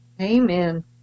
Amen